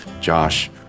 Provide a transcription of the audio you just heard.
Josh